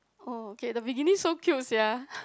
oh okay the beginning so cute sia